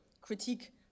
critique